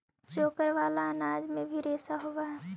चोकर वाला अनाज में भी रेशा होवऽ हई